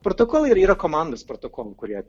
protokolai ir yra komandos protokolų kurie